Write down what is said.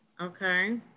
okay